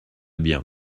bien